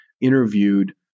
interviewed